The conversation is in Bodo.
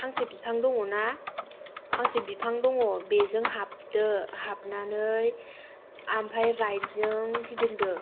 फांसे बिफां दङ' ना फांसे बिफां दङ' बेजों हाबदो हाबनानै ओमफाय राइटजों गिदिंदो